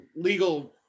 legal